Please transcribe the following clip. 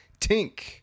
Tink